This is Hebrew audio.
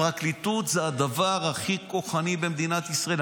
הפרקליטות זה הדבר הכי כוחני במדינת ישראל.